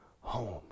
home